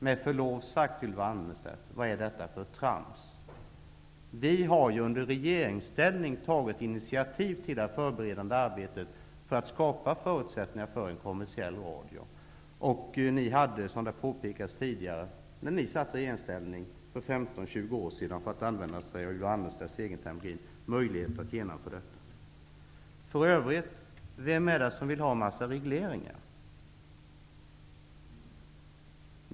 Med förlov sagt, Ylva Annerstedt: Vad är detta för trams? Vi har ju i regeringsställning tagit initiativ till ett förberedande arbete för att skapa förutsättningar för en kommersiell radio. Ni hade, som det påpekats tidigare, när ni var i regeringsställning för 15--20 år sedan, för att nu använda Ylva Annerstedts terminologi, möjlighet att genomföra detta. Vem är det som vill ha en mängd regleringar?